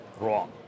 wrong